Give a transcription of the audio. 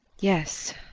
yes,